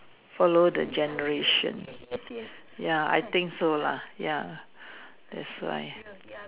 follow the generation ya I think so lah ya that's why